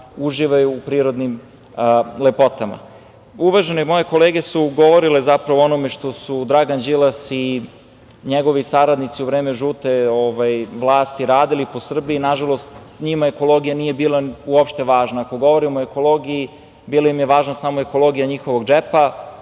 uživaju u prirodnim lepotama. Uvažene moje kolege su govorile zapravo o onome što su Dragan Đilas i njegovi saradnici u vreme žute vlasti radili po Srbiji. Nažalost, njima ekologija nije bila uopšte važna. Ako govorimo o ekologiji, bila im je važna samo ekologija njihovog džepa,